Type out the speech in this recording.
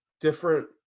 different